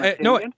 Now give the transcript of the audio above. no